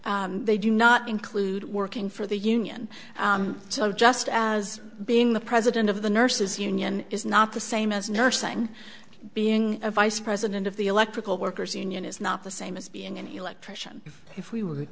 railroad they do not include working for the union so just as being the president of the nurses union is not the same as nursing being a vice president of the electrical workers union is not the same as being an electrician if we were